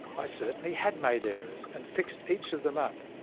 i certainly had made errors, and fixed each of them up.